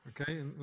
okay